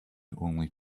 only